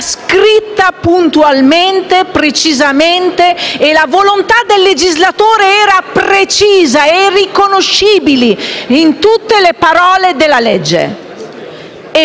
scritta puntualmente, precisamente, e la volontà del legislatore era precisa e riconoscibile in tutte le parole della legge: